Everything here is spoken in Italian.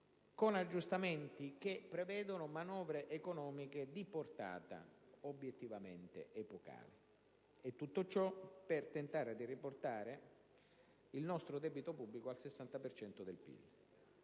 con aggiustamenti che prevedono manovre economiche di portata obiettivamente epocale. Tutto ciò per tentare di riportare il nostro debito pubblico al 60 per